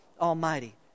Almighty